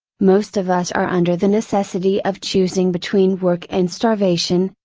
most of us are under the necessity of choosing between work and starvation,